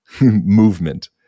movement